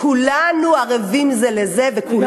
כולנו ערבים זה לזה, וגם